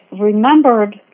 remembered